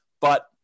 but-